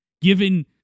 given